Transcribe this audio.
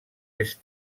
est